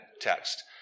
text